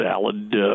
salad